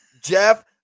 Jeff